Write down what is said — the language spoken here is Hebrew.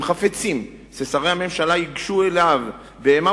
הם חפצים ששרי הממשלה ייגשו אליו באימה